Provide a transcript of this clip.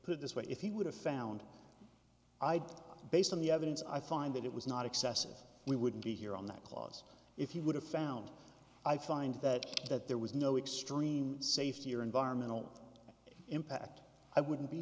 put it this way if he would have found based on the evidence i find that it was not excessive we wouldn't be here on that clause if you would have found i find that that there was no extruding safety or environmental impact i wouldn't be